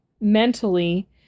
mentally